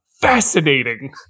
fascinating